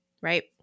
Right